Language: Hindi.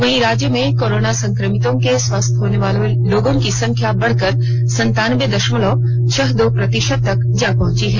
वहीं राज्य में कोरोना संक्रमितों के स्वस्थ होने वाले लोगों की संख्या बढ़कर संतानब्बे दषमलव छह दो प्रतिशत तक जा पहुंची है